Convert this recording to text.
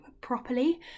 properly